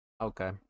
Okay